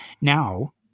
Now